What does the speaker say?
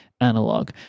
Analog